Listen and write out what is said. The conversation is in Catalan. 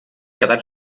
quedat